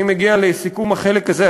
אני מגיע לסיכום החלק הזה,